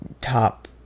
top